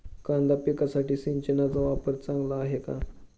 कांदा पिकासाठी सिंचनाचा वापर चांगला आहे का?